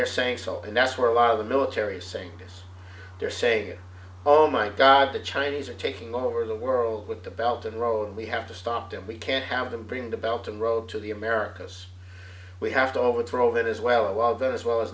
they're saying so and that's where a lot of the military saying is they're saying oh my god the chinese are taking over the world with the belt in the road we have to stop them we can't have them bring the belt and road to the americas we have to overthrow venezuela while this well